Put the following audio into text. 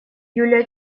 юлия